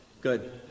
good